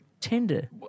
tender